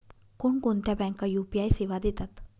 कोणकोणत्या बँका यू.पी.आय सेवा देतात?